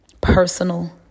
personal